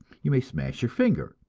you may smash your finger,